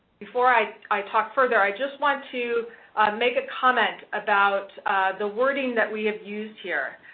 before i i talk further, i just want to make a comment about the wording that we have used here.